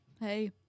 Hey